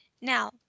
Now